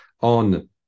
on